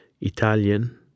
italian